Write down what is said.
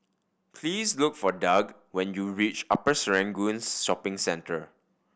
please look for Doug when you reach Upper Serangoon Shopping Centre